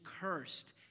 cursed